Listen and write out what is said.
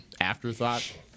afterthought